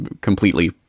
completely